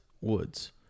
woods